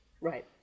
Right